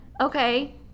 Okay